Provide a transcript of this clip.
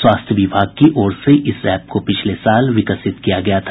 स्वास्थ्य विभाग की ओर से इस एप को पिछले वर्ष विकसित किया गया था